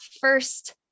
first